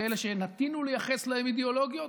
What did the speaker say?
כאלה שנטינו לייחס להם אידיאולוגיות,